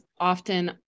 often